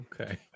Okay